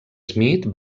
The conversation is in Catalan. smith